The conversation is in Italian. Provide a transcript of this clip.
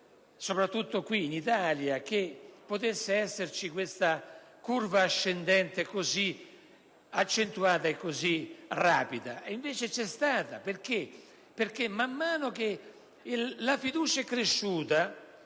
soprattutto qui in Italia, che potesse esserci questa curva ascendente così accentuata e così rapida; invece c'è stata perché man mano che la fiducia è cresciuta